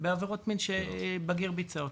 בעבירות מין שבגיר ביצע.